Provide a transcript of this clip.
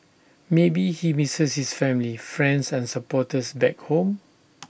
maybe he misses his family friends and supporters back home